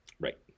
Right